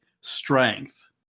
strength